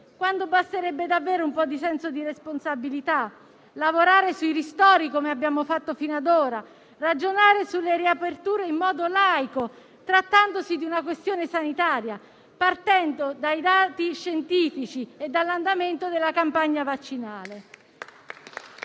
quando basterebbe davvero un po' di senso di responsabilità; lavorare sui ristori, come abbiamo fatto fino ad ora; ragionare sulle riaperture in modo laico, trattandosi di una questione sanitaria, partendo dai dati scientifici e dall'andamento della campagna vaccinale.